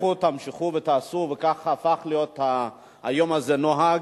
לכו, תמשיכו ותעשו, וכך הפך היום הזה לנוהג,